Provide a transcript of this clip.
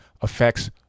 affects